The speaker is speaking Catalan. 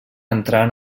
entrant